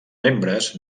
membres